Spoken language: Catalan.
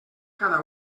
cada